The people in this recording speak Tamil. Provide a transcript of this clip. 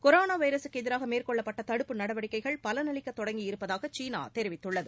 கொரோனா வைரஸுக்கு எதிராக மேற்கொள்ளப்பட்ட தடுப்பு நடவடிக்கைகள் பலனளிக்கத் தொடங்கியிருப்பதாக சீனா தெரிவித்துள்ளது